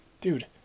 Dude